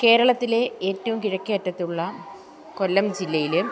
കേരളത്തിലെ ഏറ്റവും കിഴക്കേ അറ്റത്തുള്ള കൊല്ലം ജില്ലയിലും